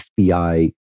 FBI